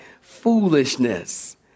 foolishness